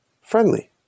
friendly